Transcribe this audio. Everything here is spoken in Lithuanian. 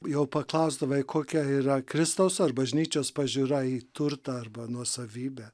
jau paklausdavai kokia yra kristaus ar bažnyčios pažiūra į turtą arba nuosavybę